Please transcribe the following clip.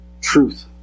Truth